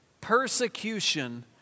Persecution